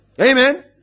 Amen